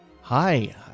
Hi